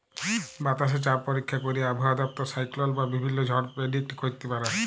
বাতাসে চাপ পরীক্ষা ক্যইরে আবহাওয়া দপ্তর সাইক্লল বা বিভিল্ল্য ঝড় পের্ডিক্ট ক্যইরতে পারে